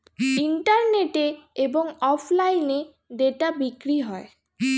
ইন্টারনেটে এবং অফলাইনে ডেটা বিক্রি হয়